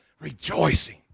rejoicing